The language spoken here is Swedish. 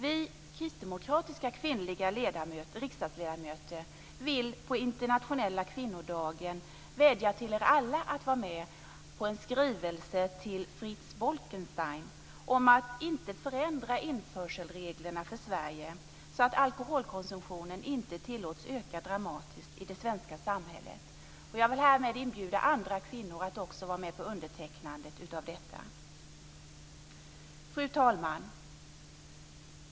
Vi kristdemokratiska kvinnliga riksdagsledamöter vill på internationella kvinnodagen vädja till er alla att vara med på en skrivelse till Frits Bolkenstein om att inte förändra införselreglerna för Sverige för att alkoholkonsumtionen inta ska tillåts öka dramatiskt i det svenska samhället. Jag vill härmed inbjuda andra kvinnor att också vara med på undertecknandet. Fru talman!